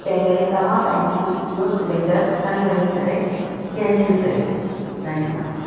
तंहिं करे तव्हां पंहिंजी इहो सिलैंडर खणी वञी करे कैंसिल कयो धन्यवाद